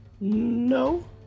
No